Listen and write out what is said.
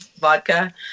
vodka